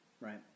right